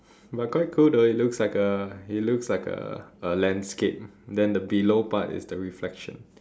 but quite cool though it looks like a it looks like a a landscape then the below part is the reflection